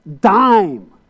dime